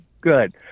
Good